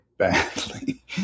badly